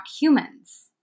humans